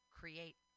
create